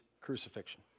crucifixion